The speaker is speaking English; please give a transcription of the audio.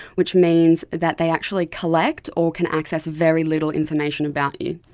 which means that they actually collect or can access very little information about you.